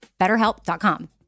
BetterHelp.com